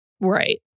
Right